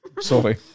Sorry